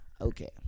Okay